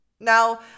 Now